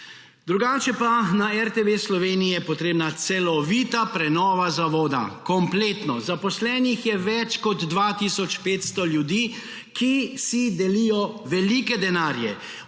Drugače pa je na RTV Sloveniji potrebna celovita prenova zavoda, kompletno. Zaposlenih je več kot 2 tisoč 500 ljudi, ki si delijo velike denarje.